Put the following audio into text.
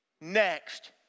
next